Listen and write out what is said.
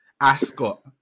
Ascot